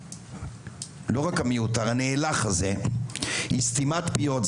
לא רק המיותר הנאלח הזה היא סתימת פיות,